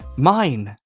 mine.